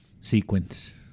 sequence